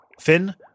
Finn